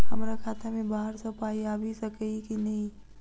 हमरा खाता मे बाहर सऽ पाई आबि सकइय की नहि?